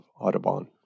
Audubon